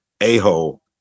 a-hole